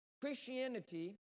Christianity